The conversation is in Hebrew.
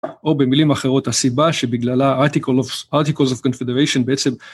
או במילים אחרות, הסיבה שבגללה articles of confederation בעצם